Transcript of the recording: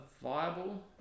viable